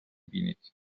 بینید